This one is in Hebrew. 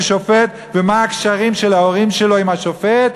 שופט ומה הקשרים של ההורים שלו עם השופט?